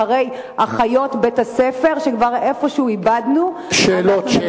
אחרי שכבר איבדנו איפה שהוא את אחיות בית-הספר,